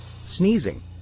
sneezing